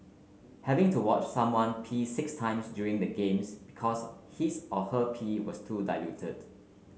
having to watch someone pee six times during the games because his or her pee was too diluted